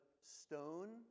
stone